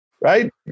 right